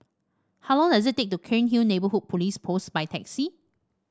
how long does it take to Cairnhill Neighbourhood Police Post by taxi